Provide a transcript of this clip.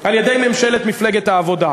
על-ידי ממשלת מפלגת העבודה.